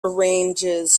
arranges